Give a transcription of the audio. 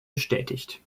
bestätigt